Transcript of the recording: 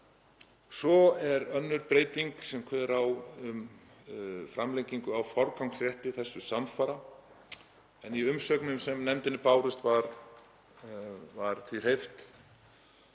Svo er önnur breyting sem kveður á um framlengingu á forgangsrétti þessu samfara. Í umsögnum sem nefndinni bárust var því hreyft